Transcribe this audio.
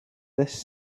this